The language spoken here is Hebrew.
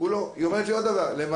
אז לא.